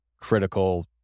critical